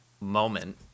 moment